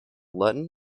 luton